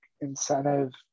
incentive